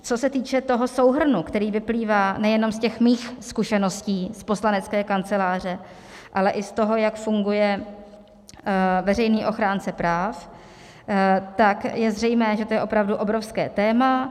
Co se týče toho souhrnu, který vyplývá nejenom z těch mých zkušeností z poslanecké kanceláře, ale i z toho, jak funguje veřejný ochránce práv, tak je zřejmé, že to je opravdu obrovské téma.